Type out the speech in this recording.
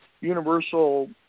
Universal